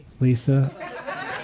Lisa